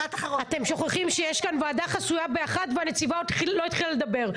אתם שוכחים שיש כאן ועדה חסויה בשעה 13:00 והנציבה עוד לא התחילה לדבר.